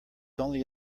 only